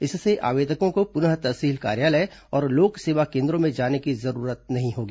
इससे आवेदकों को पुनः तहसील कार्यालय और लोक सेवा केन्द्रों में जाने की जरूरत नहीं होगी